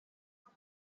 upon